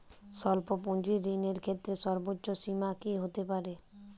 স্বল্প পুঁজির ঋণের ক্ষেত্রে সর্ব্বোচ্চ সীমা কী হতে পারে?